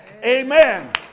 Amen